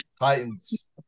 Titans